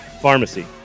Pharmacy